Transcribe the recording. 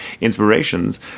inspirations